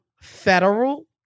federal